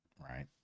right